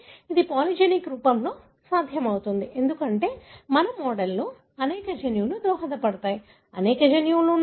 అది పాలిజెనిక్ రూపంలో సాధ్యమవుతుంది ఎందుకంటే మన మోడల్లో అనేక జన్యువులు దోహదపడతాయి అనేక జన్యువులు ఉన్నాయి